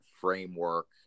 framework